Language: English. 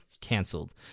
canceled